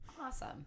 Awesome